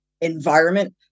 environment